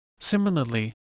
Similarly